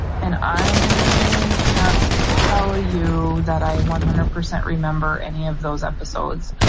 and i can't tell you that i one hundred percent remember any of those episodes,